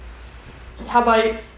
how about yo~